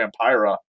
Vampira